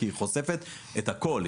כי היא חושפת את הכול,